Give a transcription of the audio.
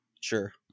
sure